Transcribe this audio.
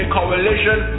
Coalition